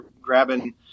grabbing